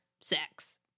Sex